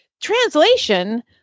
Translation